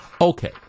Okay